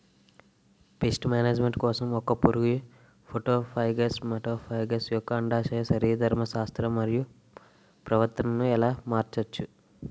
Paste management కోసం ఒక పురుగు ఫైటోఫాగస్హె మటోఫాగస్ యెక్క అండాశయ శరీరధర్మ శాస్త్రం మరియు ప్రవర్తనను ఎలా మార్చచ్చు?